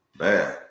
Man